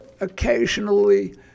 Occasionally